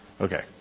Okay